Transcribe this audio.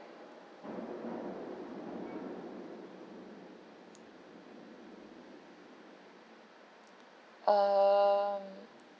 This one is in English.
um